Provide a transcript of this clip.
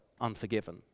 unforgiven